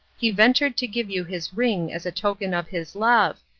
he ventured to give you his ring as a token of his love,